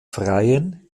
freiin